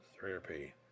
therapy